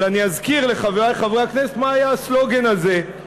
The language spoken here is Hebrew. אבל אני אזכיר לחברי חברי הכנסת מה היה הסלוגן הזה: